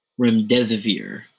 remdesivir